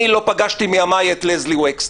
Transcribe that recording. אני לא פגשתי מימיי את לסלי וקסנר.